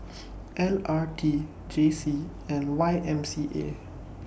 L R T J C and Y M C A